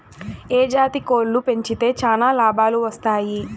ఏ జాతి కోళ్లు పెంచితే చానా లాభాలు వస్తాయి?